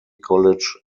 college